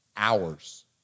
Hours